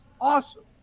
awesome